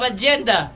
agenda